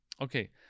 Okay